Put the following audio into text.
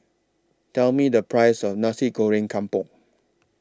Tell Me The Price of Nasi Goreng Kampung